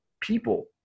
people